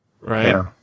right